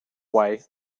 way